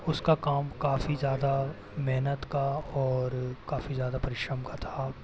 उसका काम काफ़ी ज़्यादा मेहनत का और काफ़ी ज़्यादा परिश्रम का था